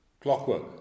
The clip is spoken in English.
clockwork